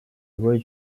voit